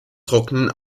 trocknen